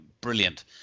brilliant